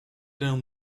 down